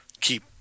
keep